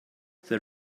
that